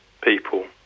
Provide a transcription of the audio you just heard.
people